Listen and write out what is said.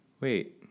wait